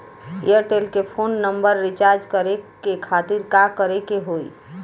Airtel के phone number recharge करे के खातिर का करे के होई?